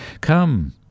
come